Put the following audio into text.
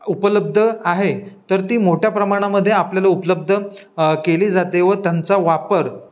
उपलब्ध आहे तर ती मोठ्या प्रमाणामध्ये आपल्याला उपलब्ध केली जाते व त्यांचा वापर